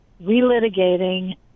relitigating